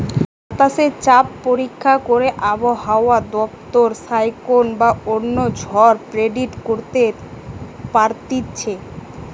বাতাসে চাপ পরীক্ষা করে আবহাওয়া দপ্তর সাইক্লোন বা অন্য ঝড় প্রেডিক্ট করতে পারতিছে